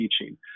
teaching